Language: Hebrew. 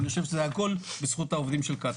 אני חושב שזה הכול בזכות העובדים של קצא"א.